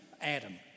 Adam